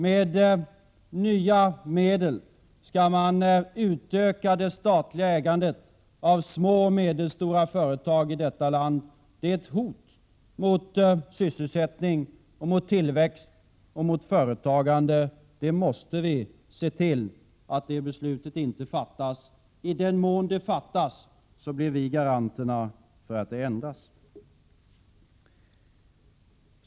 Med nya medel skall det statliga ägandet av små och medelstora företag i detta land utökas. Det är ett hot mot sysselsättning, mot tillväxt och mot företagande. Vi måste se till att det beslutet inte fattas. I den mån det fattas blir vi garanterna för att det ändras.